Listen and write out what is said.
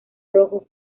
rojo